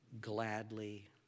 gladly